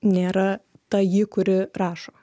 nėra ta ji kuri rašo